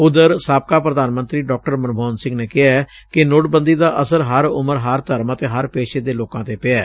ਉਧਰ ਸਾਬਕਾ ਪ੍ਰਧਾਨ ਮੰਤਰੀ ਡਾਕਟਰ ਮਨਸੋਹਨ ਸਿੰਘ ਨੇ ਕਿਹੈ ਕਿ ਨੋਟਬੰਦੀ ਦਾ ਅਸਰ ਹਰ ਉਮਰ ਹਰ ਧਰਮ ਅਤੇ ਹਰ ਪੇਸ਼ੇ ਦੇ ਲੋਕਾਂ ਤੇ ਪਿਐ